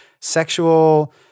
sexual